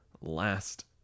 last